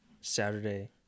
Saturday